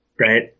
right